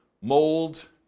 mold